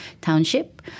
Township